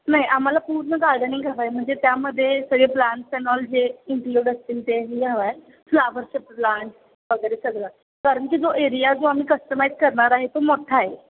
नाही आम्हाला पूर्ण गार्डनिंग हवं आहे म्हणजे त्यामध्ये सगळे प्लांट्स अँड ऑल जे इन्क्लूड असतील ते ही हवं आहे फ्लावरचे प्लांट् वगैरे सगळं कारण की जो एरिया जो आम्ही कस्टमाईज करणार आहे तो मोठ्ठा आहे